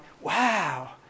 wow